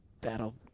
That'll